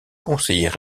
conseiller